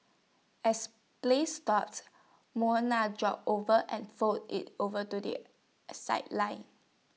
as play stopped Mona jogged over and fold IT over to the sideline